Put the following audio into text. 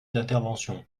d’intervention